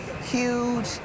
huge